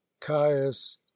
caius